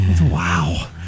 Wow